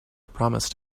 promised